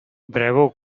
bravo